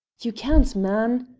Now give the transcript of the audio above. you can't, man,